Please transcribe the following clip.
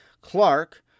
Clark